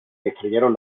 destruyeron